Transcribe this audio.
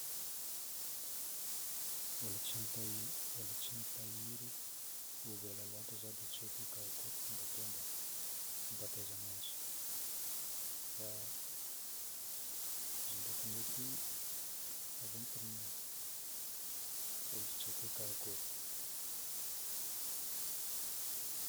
Mbola tsy nitahi- mbola tsy nitahiry ovy ela loatra za dia tsy haiko hoe karakory fomba atao mba hampateza ananjy. Fa izy ndraiky mety azo ampirimina, fa izy tsy haiko hoe karakory.